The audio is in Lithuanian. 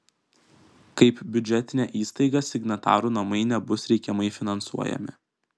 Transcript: kaip biudžetinė įstaiga signatarų namai nebus reikiamai finansuojami